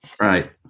Right